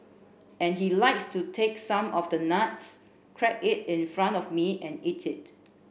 and he likes to take some of the nuts crack it in front of me and eat it